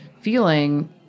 feeling